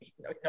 no